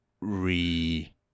re